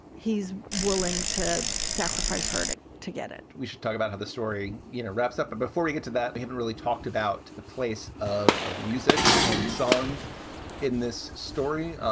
he's willing to sacrifice hurting to get it we should talk about how the story, you know, wraps up. but before we get to that, we haven't really talked about the place of of music and songs in this story.